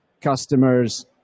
customers